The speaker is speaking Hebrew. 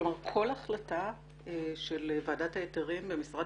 כלומר כל החלטה של ועדת ההיתרים במשרד